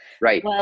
Right